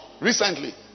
recently